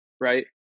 right